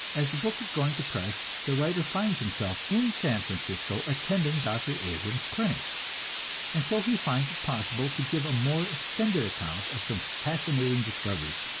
as the book is going to press, the writer finds himself in san francisco, attending dr. abrams' clinics and so he finds it possible to give a more extended account of some fascinating discoveries,